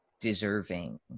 deserving